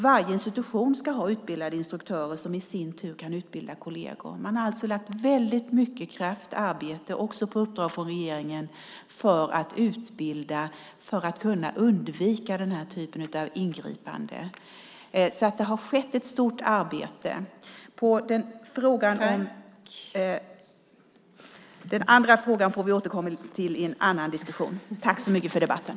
Varje institution ska ha utbildade instruktörer som i sin tur kan utbilda kolleger. Man har lagt väldigt mycket kraft och arbete, också på uppdrag från regeringen, för att utbilda och kunna undvika den här typen av ingripande åtgärder. Det har skett ett stort arbete. Den andra frågan får vi återkomma till i en annan diskussion.